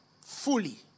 fully